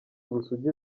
ubusugi